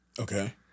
Okay